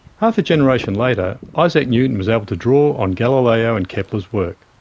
half a generation later, isaac newton was able to draw on galileo and kepler's work.